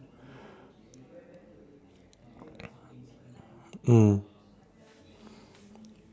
mm